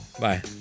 Bye